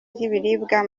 ry’ibiribwa